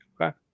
Okay